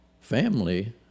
family